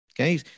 Okay